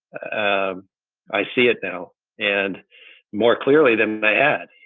ah i see it now and more clearly than i had.